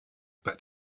but